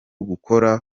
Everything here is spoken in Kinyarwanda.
gukora